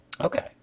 Okay